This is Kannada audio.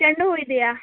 ಚೆಂಡು ಹೂ ಇದೆಯಾ